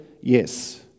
yes